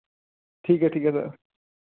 ਠੀਕ ਐ ਠੀਕ ਐ ਸਰ